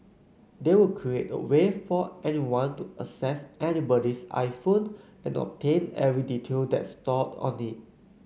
they would create a way for anyone to access anybody's iPhone and obtain every detail that's stored on it